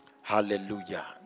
Hallelujah